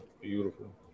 Beautiful